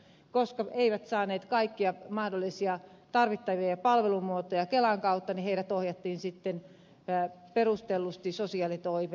koska he eivät saaneet kaikkia mahdollisia tarvittavia palvelumuotoja kelan kautta niin heidät ohjattiin sitten perustellusti sosiaalitoimeen